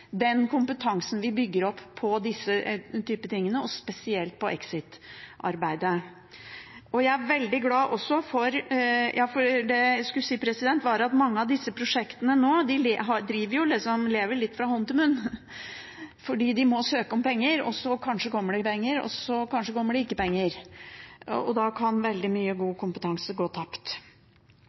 den betraktningen, og at man derfor må gå vekk fra finansiering på prosjekt til varige finansieringsordninger som gjør at vi bygger opp og beholder den kompetansen vi bygger opp på denne typen ting – og spesielt på exit-arbeidet. Mange av disse prosjektene lever nå litt fra hånd til munn, fordi de må søke om penger. Kanskje kommer det penger, kanskje kommer det ikke penger, og da kan veldig mye god kompetanse gå tapt.